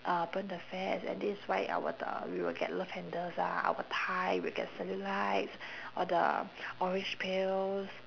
uh burn the fats and this is why our t~ uh we will get love tenders ah our thigh we'll get cellulites all the orange peel